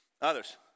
Others